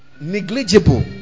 negligible